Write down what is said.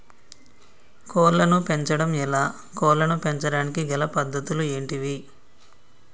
కోళ్లను పెంచడం ఎలా, కోళ్లను పెంచడానికి గల పద్ధతులు ఏంటివి?